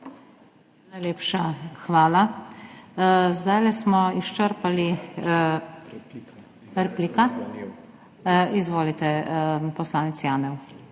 Najlepša hvala. Zdajle smo izčrpali … Replika? Izvolite, poslanec Janev.